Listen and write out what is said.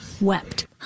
wept